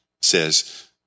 says